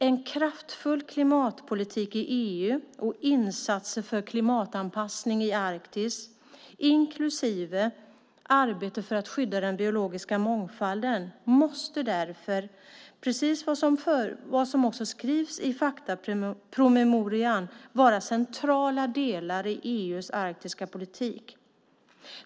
En kraftfull klimatpolitik i EU och insatser för klimatanpassning i Arktis inklusive arbete för att skydda den biologiska mångfalden måste därför, precis som skrivs i faktapromemorian, vara centrala delar i EU:s arktiska politik.